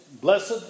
Blessed